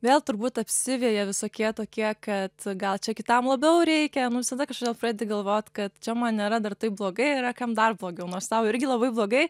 vėl turbūt apsiveja visokie tokie kad gal čia kitam labiau reikia visada kažkodėl pradedi galvot kad čia man nėra dar taip blogai yra kam dar blogiau nors tau irgi labai blogai